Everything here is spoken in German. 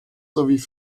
sowie